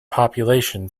population